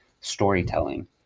storytelling